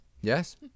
Yes